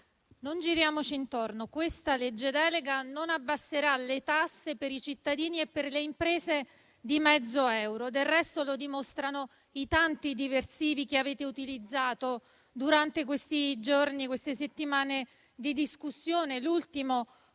non giriamoci intorno: questa legge delega non abbasserà le tasse per i cittadini e per le imprese di mezzo euro. Del resto, lo dimostrano i tanti diversivi che avete utilizzato durante questi giorni e nelle ultime settimane di discussione.